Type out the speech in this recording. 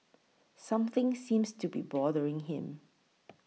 something seems to be bothering him